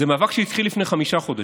זה מאבק שהתחיל לפני חמישה חודשים.